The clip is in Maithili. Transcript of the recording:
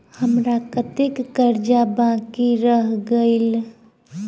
हम्मर कत्तेक कर्जा बाकी रहल गेलइ?